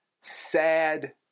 sad